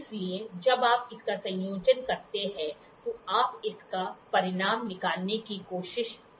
इसलिए जब आप इसका संयोजन करते हैं तो आप इसका परिणाम निकालने की कोशिश करते हैं